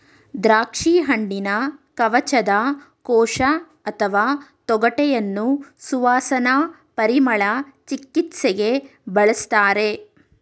ದ್ರಾಕ್ಷಿಹಣ್ಣಿನ ಕವಚದ ಕೋಶ ಅಥವಾ ತೊಗಟೆಯನ್ನು ಸುವಾಸನಾ ಪರಿಮಳ ಚಿಕಿತ್ಸೆಗೆ ಬಳಸ್ತಾರೆ